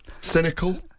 Cynical